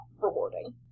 rewarding